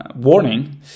warning